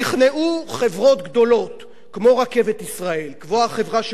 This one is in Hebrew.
נכנעו חברות גדולות, כמו "רכבת ישראל",